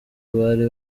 bari